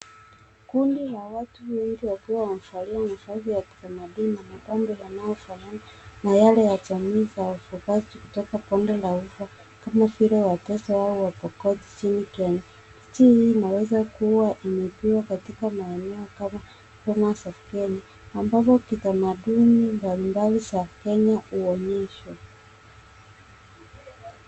Kundi la watu wengi wakiwa wamevalia mavazi ya kitamaduni; yanayofanana na wale ya jamii za wafugaji kutoka pande la kama vile Wateso au Wapokot, Turgen. Picha hii inaweza kuwa imepigwa katika maeneo kama Bomas of Kenya ambapo kitamaduni mbalimbali za Kenya huonyeshwa.